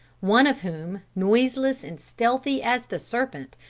one of whom, noiseless and stealthy as the serpent,